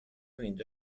اینجا